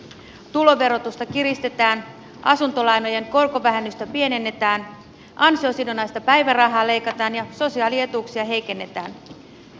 tuloverotusta kiristetään asuntolainojen korkovähennystä pienennetään ansiosidonnaista päivärahaa leikataan ja sosiaalietuuksia heikennetään